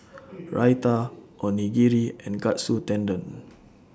Raita Onigiri and Katsu Tendon